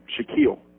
Shaquille